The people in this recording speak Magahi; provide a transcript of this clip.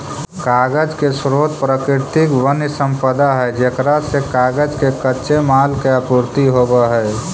कागज के स्रोत प्राकृतिक वन्यसम्पदा है जेकरा से कागज के कच्चे माल के आपूर्ति होवऽ हई